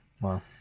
Wow